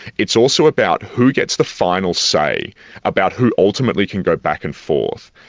it's also about who gets the final say about who ultimately can go back and forth,